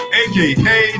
aka